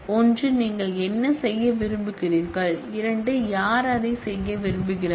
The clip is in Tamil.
ஒன்று நீங்கள் என்ன செய்ய விரும்புகிறீர்கள் இரண்டு யார் அதை செய்ய விரும்புகிறார்கள்